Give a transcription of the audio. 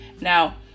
Now